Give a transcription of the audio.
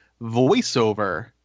voiceover